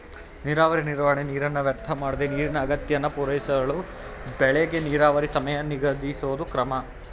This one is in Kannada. ನೀರಾವರಿ ನಿರ್ವಹಣೆ ನೀರನ್ನ ವ್ಯರ್ಥಮಾಡ್ದೆ ನೀರಿನ ಅಗತ್ಯನ ಪೂರೈಸಳು ಬೆಳೆಗೆ ನೀರಾವರಿ ಸಮಯ ನಿಗದಿಸೋದು ಕ್ರಮ